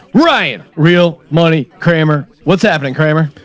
ryan real money. crammer what's happening. kramer,